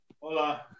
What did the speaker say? Hola